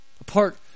apart